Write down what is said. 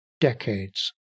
decades